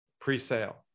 pre-sale